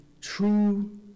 true